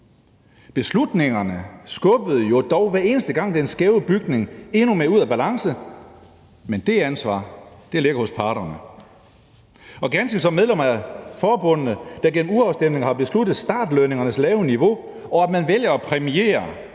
Beslutningerne skubbede jo dog hver eneste gang den skæve bygning endnu mere ud af balance, men det ansvar ligger hos parterne, ganske ligesom medlemmerne af forbundene gennem urafstemningen har besluttet startlønningernes lave niveau, og at man vælger at præmiere